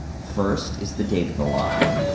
first is the date of the lie.